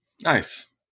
Nice